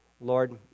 Lord